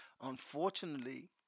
Unfortunately